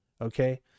okay